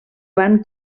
van